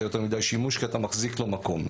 יותר מדי שימוש כי א תה מחזיק לו מקום.